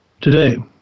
today